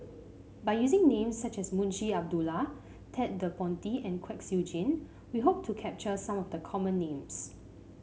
by using names such as Munshi Abdullah Ted De Ponti and Kwek Siew Jin we hope to capture some of the common names